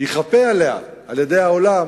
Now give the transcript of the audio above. ייכפה עליה על-ידי העולם